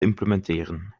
implementeren